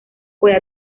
puede